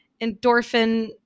endorphin